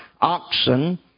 oxen